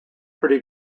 pretty